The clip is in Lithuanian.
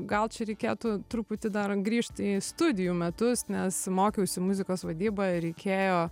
gal čia reikėtų truputį dar grįžt į studijų metus nes mokiausi muzikos vadybą ir reikėjo